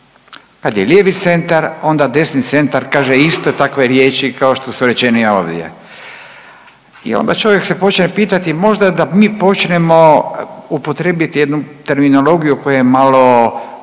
Kad je lijevi centar onda desni centar kaže iste takve riječi kao što su rečene i ovdje. I onda čovjek se počne pitati možda da mi počnemo upotrijebiti jednu terminologiju koja je malo